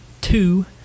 Two